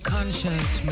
Conscience